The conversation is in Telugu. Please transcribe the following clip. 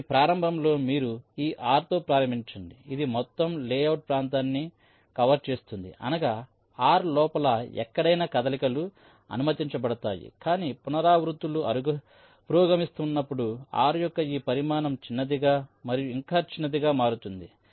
కాబట్టి ప్రారంభంలో మీరు ఈ R తో ప్రారంభించండి ఇది మొత్తం లేఅవుట్ ప్రాంతాన్ని కవర్ చేస్తుంది అనగా R లోపల ఎక్కడైనా కదలికలు అనుమతించబడతాయి కానీ పునరావృత్తులు పురోగమిస్తున్నప్పుడు R యొక్క ఈ పరిమాణం చిన్నదిగా మరియు ఇంకా చిన్నదిగా మారుతుంది